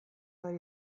ari